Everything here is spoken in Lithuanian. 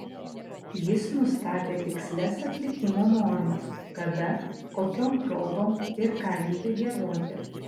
jis nustatė tikslias atlikimo normas kada kokiom progom ir ką reikia giedoti